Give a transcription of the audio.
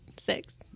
Six